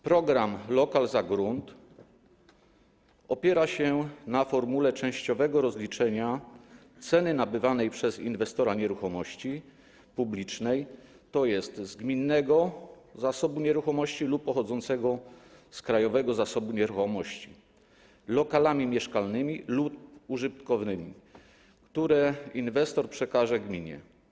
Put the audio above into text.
Program: lokal za grunt opiera się na formule częściowego rozliczenia ceny nabywanej przez inwestora nieruchomości publicznej, tj. z gminnego zasobu nieruchomości lub pochodzącego z Krajowego Zasobu Nieruchomości, lokalami mieszkalnymi lub użytkownymi, które inwestor przekaże gminie.